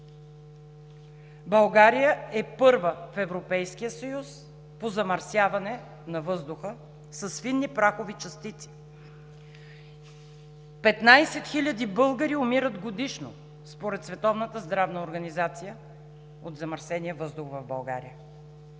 България е първа в Европейския съюз по замърсяване на въздуха с фини прахови частици. Петнадесет хиляди българи умират годишно според Световната здравна организация от замърсения въздух в България.